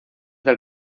del